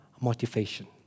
motivation